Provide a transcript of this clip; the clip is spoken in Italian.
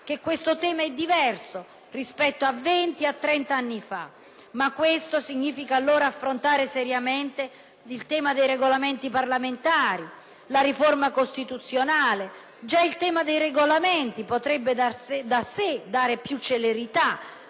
che questo tema è diverso rispetto a 20 o 30 anni fa. Ma questo significa allora affrontare seriamente il tema dei Regolamenti parlamentari, la riforma costituzionale. Già il tema dei Regolamenti potrebbe da solo produrre più celerità